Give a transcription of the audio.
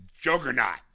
Juggernaut